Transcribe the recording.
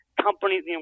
companies